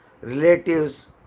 relatives